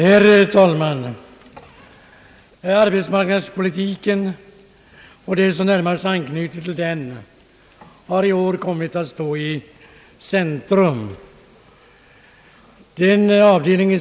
Herr talman! Arbetsmarknadspolitiken och det som närmast anknyter till den har i år kommit att stå i centrum.